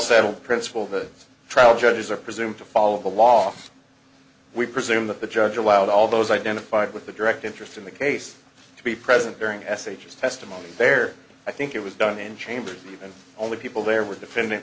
settled principle the trial judges are presumed to follow the law we presume that the judge allowed all those identified with a direct interest in the case to be present during s h s testimony there i think it was done in chambers and only people there were defending